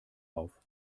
auf